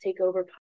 Takeover